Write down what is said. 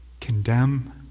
condemn